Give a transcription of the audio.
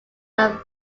have